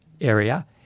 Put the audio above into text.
area